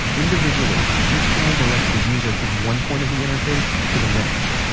individually, each sound directs the user from one point of the interface to the next.